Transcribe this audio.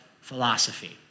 philosophy